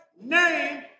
name